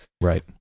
Right